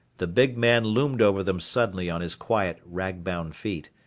the big man loomed over them suddenly on his quiet rag-bound feet,